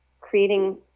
creating